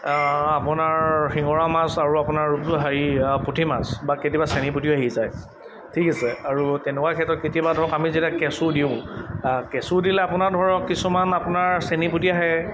আপোনাৰ শিঙৰা মাছ আৰু আপোনাৰ হেৰি পুঠি মাছ বা কেতিয়াবা চেনি পুঠিও আহি যায় ঠিক আছে আৰু তেনেকুৱা ক্ষেত্ৰত কেতিয়াবা ধৰক আমি যেতিয়া কেঁচু দিওঁ কেঁচু দিলে আপোনাৰ ধৰক কিছুমান আপোনাৰ চেনি পুঠি আহে